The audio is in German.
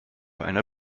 einer